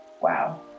Wow